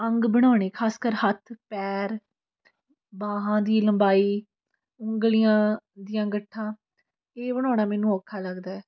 ਅੰਗ ਬਣਾਉਣੇ ਖਾਸ ਕਰ ਹੱਥ ਪੈਰ ਬਾਹਾਂ ਦੀ ਲੰਬਾਈ ਉਂਗਲੀਆਂ ਦੀਆਂ ਗੱਠਾਂ ਇਹ ਬਣਾਉਣਾ ਮੈਨੂੰ ਔਖਾ ਲੱਗਦਾ